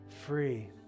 free